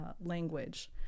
language